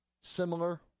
similar